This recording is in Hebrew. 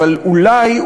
אבל אולי,